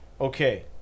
Okay